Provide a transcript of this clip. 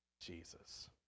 Jesus